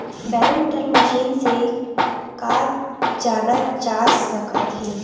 Barometer machine से का जाना जा सकत हे?